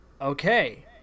okay